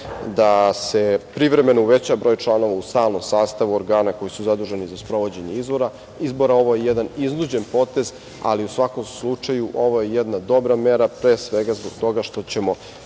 da se privremeno uveća broj članova u stalnom sastavu organa koji su zaduženi za sprovođenje izbora. Ovo je jedan iznuđen potez, ali u svakom slučaju, ovo je jedna dobra mera, pre svega zbog toga što ćemo